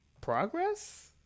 progress